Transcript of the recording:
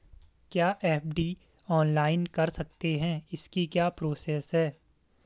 क्या FD online कर सकते हैं इसकी क्या प्रोसेस है?